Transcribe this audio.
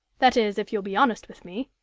that is, if you'll be honest with me.